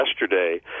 yesterday